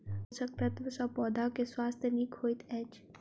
पोषक तत्व सॅ पौधा के स्वास्थ्य नीक होइत अछि